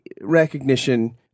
recognition